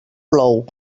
plou